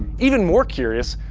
even more curious,